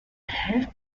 have